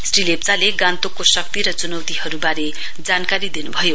श्री लेप्चाले गान्तोकको शक्ति र चुनौतीहरुको जानकारी दिनुभयो